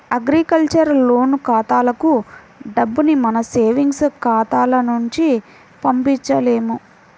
agriculture loan ఖాతాలకు డబ్బుని మన సేవింగ్స్ ఖాతాల నుంచి పంపించలేము